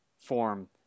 form